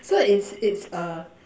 so it's it's uh